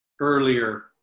earlier